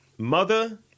Mother